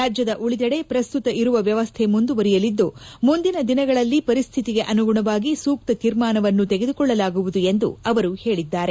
ರಾಜ್ಯದ ಉಳಿದೆಡೆ ಪ್ರಸ್ತುತ ಇರುವ ವ್ಯವಸ್ಥೆ ಮುಂದುವರೆಯಲಿದ್ದು ಮುಂದಿನ ದಿನಗಳಲ್ಲಿ ಪರಿಸ್ಥಿತಿಗೆ ಅನುಗುಣವಾಗಿ ಸೂಕ್ತ ತೀರ್ಮಾನವನ್ನು ತೆಗೆದುಕೊಳ್ಳಲಾಗುವುದು ಎಂದು ಅವರು ಹೇಳಿದ್ದಾರೆ